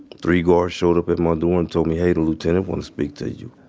three guards showed up at my door and told me, hey, the lieutenant wanna speak to you.